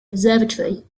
observatory